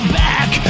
back